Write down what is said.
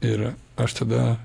ir aš tada